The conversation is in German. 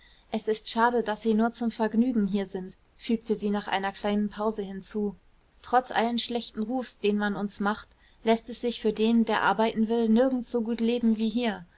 es ist schade daß sie nur zum vergnügen hier sind fügte sie nach einer kleinen pause hinzu trotz allen schlechten rufs den man uns macht läßt es sich für den der arbeiten will nirgends so gut leben wie hier